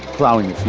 plowing